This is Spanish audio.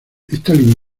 cromatismo